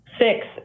six